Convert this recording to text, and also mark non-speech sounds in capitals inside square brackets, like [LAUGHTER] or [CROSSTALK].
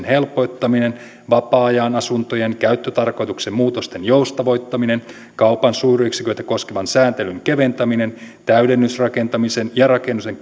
[UNINTELLIGIBLE] helpottaminen vapaa ajanasuntojen käyttötarkoituksen muutosten joustavoittaminen kaupan suuryksiköitä koskevan sääntelyn keventäminen täydennysrakentamisen ja rakennuksen [UNINTELLIGIBLE]